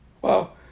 Wow